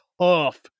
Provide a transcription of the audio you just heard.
tough